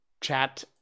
chat